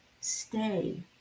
stay